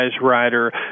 rider